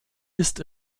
ist